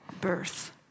Birth